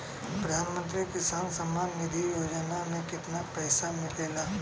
प्रधान मंत्री किसान सम्मान निधि योजना में कितना पैसा मिलेला?